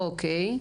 אוקיי.